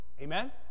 Amen